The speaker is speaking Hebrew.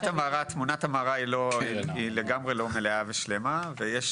תמונת המראה היא לגמרי לא מלאה ושלמה ויש